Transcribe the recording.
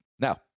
Now